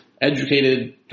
educated